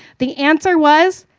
the answer was,